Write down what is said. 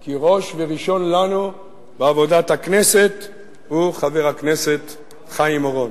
כי ראש וראשון לנו בעבודת הכנסת הוא חבר הכנסת חיים אורון.